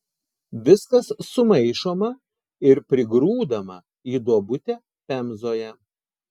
viskas sumaišoma ir prigrūdama į duobutę pemzoje